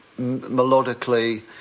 melodically